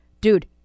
Dude